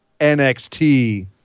NXT